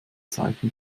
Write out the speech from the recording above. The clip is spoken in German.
seiten